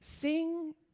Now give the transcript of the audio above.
Sing